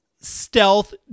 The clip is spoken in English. stealth